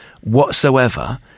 whatsoever